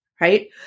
right